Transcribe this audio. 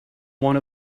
one